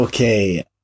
okay